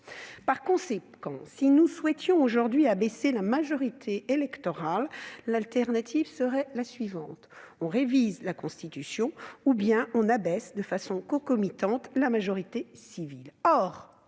Par conséquent, si nous souhaitions aujourd'hui abaisser l'âge de la majorité électorale, l'alternative serait la suivante : ou bien l'on révise la Constitution, ou bien l'on abaisse, de façon concomitante, l'âge de la majorité civile.